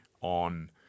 on